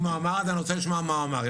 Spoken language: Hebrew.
אם הוא אמר את זה, אני רוצה לשמוע מה הוא אמר.